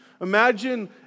Imagine